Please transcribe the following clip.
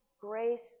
Grace